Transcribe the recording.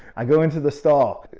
i go into the stall,